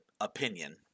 opinion